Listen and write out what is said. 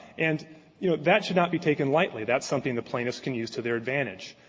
and you know that should not be taken lightly. that's something the plaintiffs can use to their advantage.